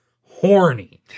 horny